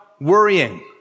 worrying